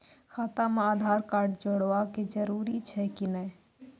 खाता म आधार कार्ड जोड़वा के जरूरी छै कि नैय?